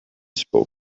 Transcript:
spoke